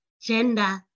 gender